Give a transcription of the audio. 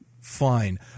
Fine